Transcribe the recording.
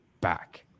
back